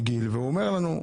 והוא אומר לנו,